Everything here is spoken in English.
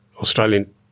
Australian